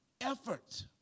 effort